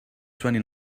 twenty